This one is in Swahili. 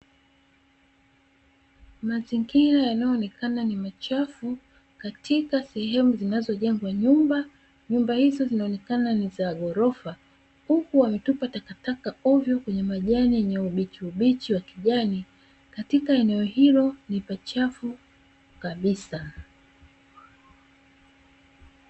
Mazingira yanayoonekana ni machafu katika sehemu zinazojengwa nyumba, nyumba hizo zinaonekana ni za ghorofa huku wametupa takataka ovyo kwenye majani yenye ubichi ubichi wa kijani katika eneo hilo ni pachafu kabisa.